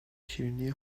شیرینی